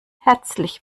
herzlich